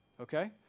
okay